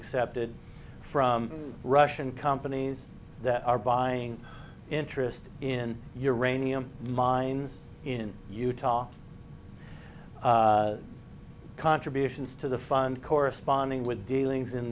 accepted from russian companies that are buying interest in your rainy i'm mine in utah contributions to the fund corresponding with dealings in